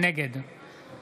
נגד